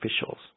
officials